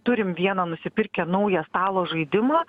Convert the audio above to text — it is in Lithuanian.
turim vieną nusipirkę naują stalo žaidimą